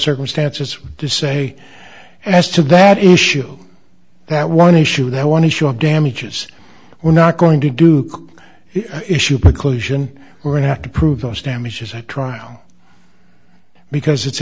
circumstances to say as to that issue that one issue that i want to show damages we're not going to do issue preclusion we're going to have to prove those damages at trial because it's